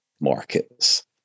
markets